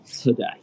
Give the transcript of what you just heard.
today